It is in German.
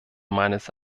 meines